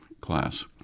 class